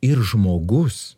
ir žmogus